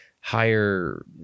higher